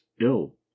ill